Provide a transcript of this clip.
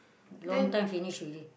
long time finish already